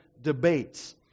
debates